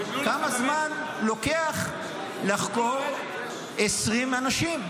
כמה זמן לוקח לחקור 20 אנשים?